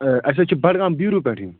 ٲں اسہِ حظ چھُ بڈگام بیٖرُو پٮ۪ٹھ یُن